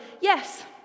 yes